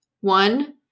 One